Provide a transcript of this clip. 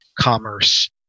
commerce